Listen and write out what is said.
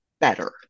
better